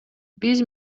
биз